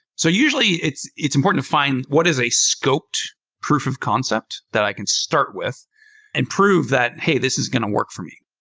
so usually, it's it's important to find what is a scoped proof of concept that i can start with and prove that, hey, this is going to work for me.